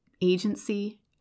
agency